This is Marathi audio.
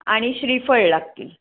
आणि श्रीफळ लागतील